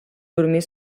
dormir